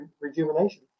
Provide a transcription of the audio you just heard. rejuvenation